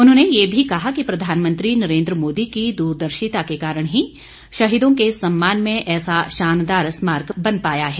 उन्होंने ये भी कहा कि प्रधानमंत्री नरेंद्र मोदी की दूरदर्शिता के कारण ही शहीदों के सम्मान में ऐसा शानदार स्मारक बन पाया है